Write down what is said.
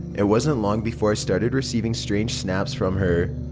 it wasn't long before started receiving strange snaps from her.